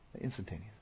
Instantaneous